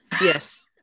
Yes